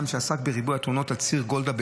שעסק שבריבוי התאונות על ציר גולדה.